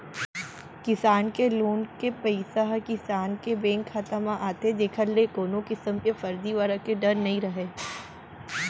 किसान के लोन के पइसा ह किसान के बेंक खाता म आथे जेकर ले कोनो किसम के फरजीवाड़ा के डर नइ रहय